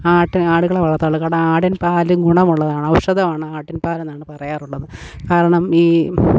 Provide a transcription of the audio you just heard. ആട്ട് ആടുകളെ വളർത്താറുള്ളത് കാരണം ആടിൻ പാലും ഗുണമുള്ളതാണ് ഔഷധമാണ് ആട്ടിൻ പാലെന്നാണ് പറയാറുള്ളത് കാരണം ഈ